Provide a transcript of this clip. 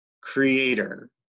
creator